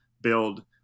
build